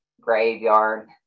graveyard